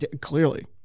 Clearly